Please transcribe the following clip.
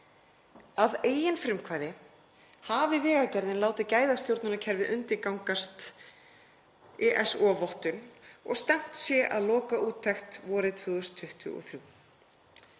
Að eigin frumkvæði hafi Vegagerðin látið gæðastjórnunarkerfið undirgangast ISO-vottun og stefnt sé að lokaúttekt vorið 2023.